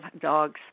dogs